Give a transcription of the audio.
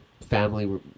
family